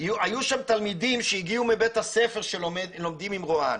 היו שם תלמידים שהגיעו בבית הספר שלומדים עם רואן,